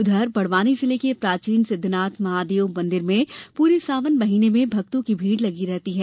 उधर बड़वानी जिले के प्राचीन सिद्धनाथ महादेव मंदिर में प्रे सावन महिने में भक्तों की भीड़ लगी रहती है